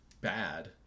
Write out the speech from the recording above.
bad